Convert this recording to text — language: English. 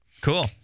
Cool